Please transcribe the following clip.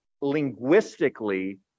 linguistically